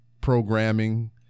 programming